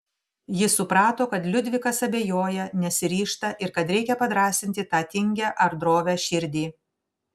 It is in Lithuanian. ji suprato kad liudvikas abejoja nesiryžta ir kad reikia padrąsinti tą tingią ar drovią širdį